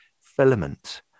filament